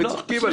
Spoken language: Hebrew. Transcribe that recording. צוחקים עליך.